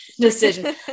decision